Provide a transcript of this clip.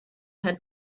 had